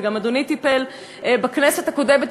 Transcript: וגם אדוני טיפל בו בכנסת הקודמת,